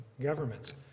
governments